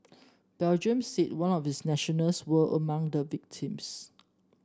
Belgium said one of its nationals were among the victims